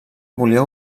volia